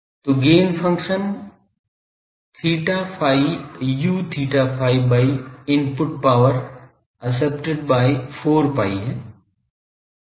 तो gain function theta phi U theta phi by input power accepted by 4 pi है